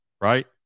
right